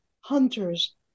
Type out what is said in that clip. hunter's